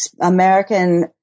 American